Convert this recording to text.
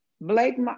Blake